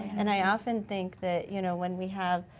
and i often think that you know when we have,